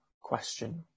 question